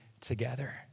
together